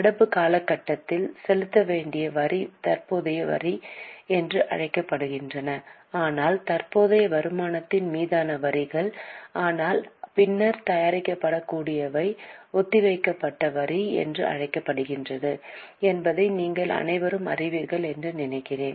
நடப்பு காலகட்டத்தில் செலுத்த வேண்டிய வரிகள் தற்போதைய வரி என்று அழைக்கப்படுகின்றன ஆனால் தற்போதைய வருமானத்தின் மீதான வரிகள் ஆனால் பின்னர் தயாரிக்கப்படக்கூடியவை ஒத்திவைக்கப்பட்ட வரி என்று அழைக்கப்படுகின்றன என்பதை நீங்கள் அனைவரும் அறிவீர்கள் என்று நினைக்கிறேன்